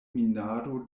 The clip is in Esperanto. minado